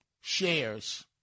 shares